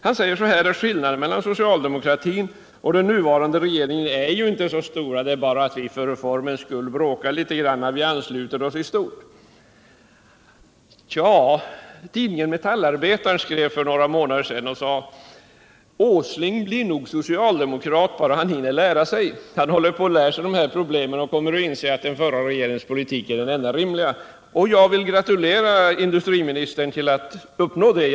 Han säger: Skillnaden mellan socialdemokratin och den nuvarande regeringen är inte så stor. Det är bara så att vi för formens skull bråkar litet grann. Vi ansluter oss i stort. Tidningen Metallarbetaren skrev för några månader sedan: Åsling blir nog socialdemokrat bara han hinner lära sig. Han håller på att lära sig dessa problem och kommer att inse att den förra regeringens politik är den enda rimliga. Jag vill gratulera industriministern till att han nog kommer dit.